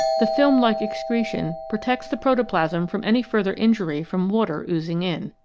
the film like excretion protects the protoplasm from any further injury from water oozing in.